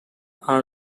are